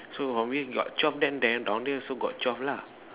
so from here got twelve then there down there also got twelve lah